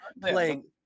playing